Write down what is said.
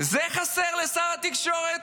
זה חסר לשר התקשורת?